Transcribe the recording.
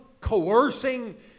coercing